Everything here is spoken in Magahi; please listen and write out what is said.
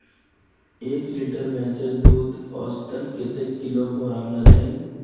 एक लीटर भैंसेर दूध औसतन कतेक किलोग्होराम ना चही?